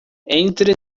entre